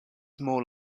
more